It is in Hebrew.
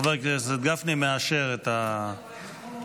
חבר הכנסת גפני מאשר את ההסכמה,